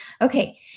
okay